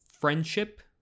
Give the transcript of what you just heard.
friendship